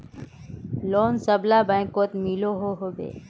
Loan सबला बैंकोत मिलोहो होबे?